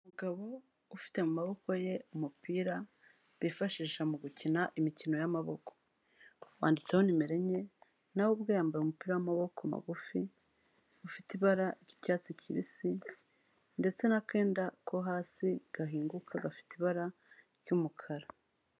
Umugabo ufite mu maboko ye umupira bifashisha mu gukina imikino y'amaboko, wanditseho nimero enye, nawe we ubwe yambaye umupira w'amaboko magufi, ufite ibara ry'icyatsi kibisi ndetse n'akenda ko hasi gahinguka gafite ibara ry'umukara.